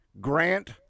Grant